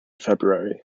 february